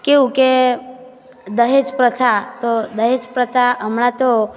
કેવું કે દહેજ પ્રથા તો દહેજ પ્રથા હમણાં તો